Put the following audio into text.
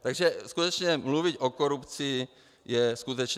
Takže skutečně mluvit o korupci je skutečně...